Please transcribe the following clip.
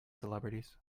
celebrities